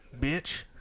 bitch